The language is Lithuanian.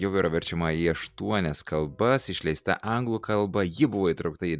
jau yra verčiama į aštuonias kalbas išleista anglų kalba ji buvo įtraukta į